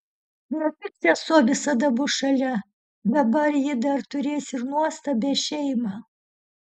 ne tik sesuo visada bus šalia dabar ji dar turės ir nuostabią šeimą